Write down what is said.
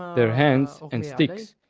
their hands and sticks,